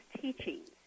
teachings